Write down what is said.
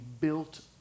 built